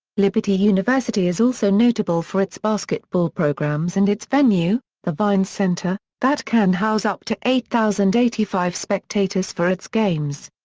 liberty university is also notable for its basketball programs and its venue, the vines center, that can house up to eight thousand and eighty five spectators for its games.